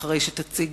אחרי שתציג,